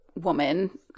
woman